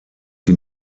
die